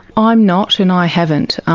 i'm not, and i haven't,